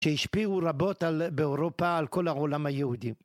שהשפיעו רבות באירופה על כל העולם היהודי.